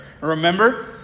Remember